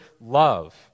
love